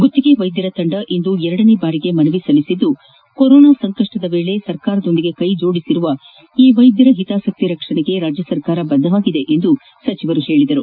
ಗುತ್ತಿಗೆ ವೈದ್ಯರ ತಂಡ ಇಂದು ಎರಡನೇ ಬಾರಿಗೆ ಮನವಿ ಸಲ್ಲಿಸಿದು ಕೋರೋನಾ ಸಂಕಷ್ಟದಲ್ಲಿ ಸರ್ಕಾರದೊಂದಿಗೆ ಕೈಜೋಡಿಸಿರುವ ವೈದ್ಯರ ಹಿತಾಸಕ್ತಿ ರಕ್ಷಣೆಗೆ ರಾಜ್ಯ ಸರ್ಕಾರ ಬದ್ದವಾಗಿದೆ ಎಂದು ಸಚಿವರು ತಿಳಿಸಿದರು